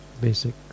basic